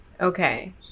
Okay